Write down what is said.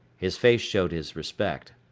his face showed his respect.